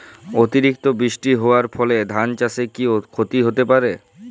অতিরিক্ত বৃষ্টি হওয়ার ফলে ধান চাষে কি ক্ষতি হতে পারে?